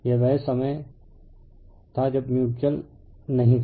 यह वह समय था जब म्यूच्यूअल नहीं था